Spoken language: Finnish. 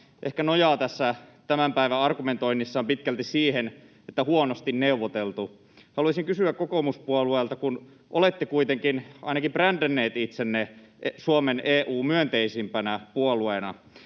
ehkä nojaa tässä tämän päivän argumentoinnissaan pitkälti siihen, että huonosti neuvoteltu: Kun olette kuitenkin ainakin brändänneet itsenne Suomen EU-myönteisimpänä puolueena